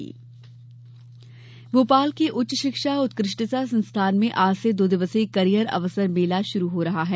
career मेला भोपाल के उच्च शिक्षा उत्कृष्टता संस्थान में आज से दो दिवसीय कॅरियर अवसर मेला शुरू हो रहा है